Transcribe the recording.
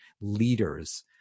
leaders